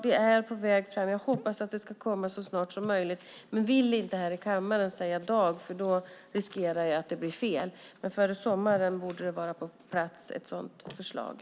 Det är på väg fram. Jag hoppas att det ska komma så snart som möjligt. Men jag vill inte här i kammaren säga vilken dag eftersom jag då riskerar att det blir fel. Men före sommaren borde ett sådant förslag vara på plats.